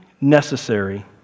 necessary